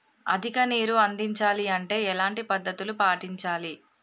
అధిక నీరు అందించాలి అంటే ఎలాంటి పద్ధతులు పాటించాలి?